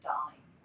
Darling